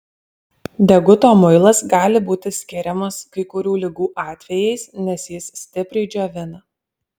deguto muilas gali būti skiriamas kai kurių ligų atvejais nes jis stipriai džiovina